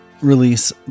release